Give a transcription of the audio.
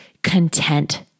content